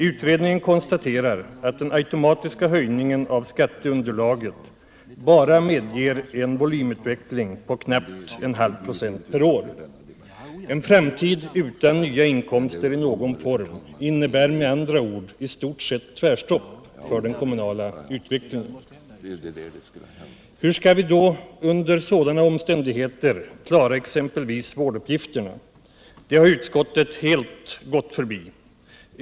Utredningen konstaterar att den automatiska höjningen av skatteunderlaget bara medger en volymutveckling på knappt 1/2 25 per år. En framtid utan nya inkomster i någon form innebär med andra ord i stort sett tvärstopp för den kommunala utvecklingen. Hur skall vi under sådana omständigheter klara exempelvis vårduppgifterna? Det har utskottet helt gått förbi.